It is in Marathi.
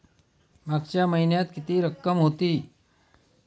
मागच्या महिन्यात किती रक्कम होती?